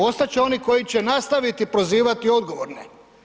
Ostat će oni koji će nastaviti prozivati odgovorne.